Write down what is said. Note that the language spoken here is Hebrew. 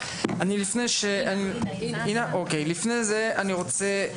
לפני זה אני רוצה,